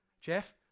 Jeff